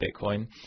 Bitcoin